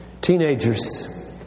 Teenagers